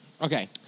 Okay